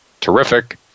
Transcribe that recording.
terrific